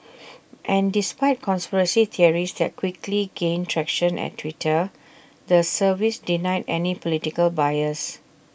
and despite conspiracy theories that quickly gained traction at Twitter the service denied any political bias